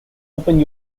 open